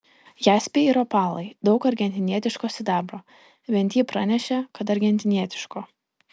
jaspiai ir opalai daug argentinietiško sidabro bent ji pranešė kad argentinietiško